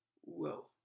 whoa